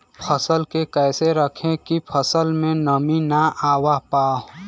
फसल के कैसे रखे की फसल में नमी ना आवा पाव?